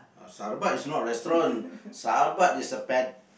sarabat is not a restaurant sarabat is a ped~